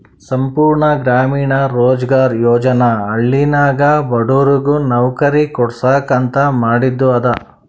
ಸಂಪೂರ್ಣ ಗ್ರಾಮೀಣ ರೋಜ್ಗಾರ್ ಯೋಜನಾ ಹಳ್ಳಿನಾಗ ಬಡುರಿಗ್ ನವ್ಕರಿ ಕೊಡ್ಸಾಕ್ ಅಂತ ಮಾದಿದು ಅದ